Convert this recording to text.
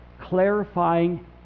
clarifying